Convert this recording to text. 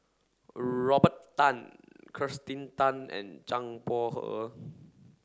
Robert Tan Kirsten Tan and Zhang Bohe